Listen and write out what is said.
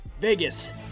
Vegas